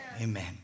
Amen